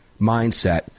mindset